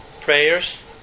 prayers